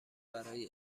برای